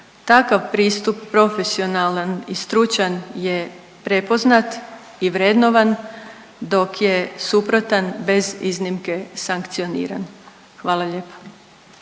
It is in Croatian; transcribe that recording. Takav pristup profesionalan i stručan je prepoznat i vrednovan dok je suprotan bez iznimke sankcioniran. Hvala lijepa.